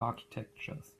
architectures